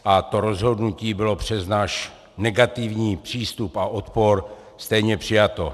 A to rozhodnutí bylo přes náš negativní přístup a odpor stejně přijato.